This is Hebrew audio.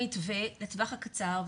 אנחנו גיבשנו מתווה לטווח הקצר,